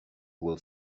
will